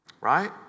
Right